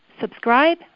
subscribe